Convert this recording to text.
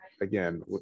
again